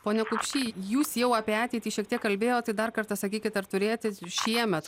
pone kupšy jūs jau apie ateitį šiek tiek kalbėjot tai dar kartą sakykit ar turėti šiemet